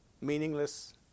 meaningless